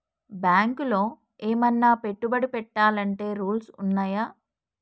బ్యాంకులో ఏమన్నా పెట్టుబడి పెట్టాలంటే రూల్స్ ఉన్నయా?